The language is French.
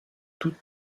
toutes